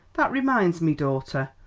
that reminds me, daughter,